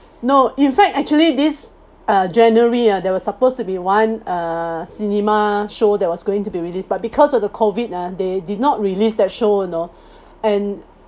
no in fact actually this uh january ah there was supposed to be one uh cinema show that was going to be released but because of the COVID ah they did not release that show you know and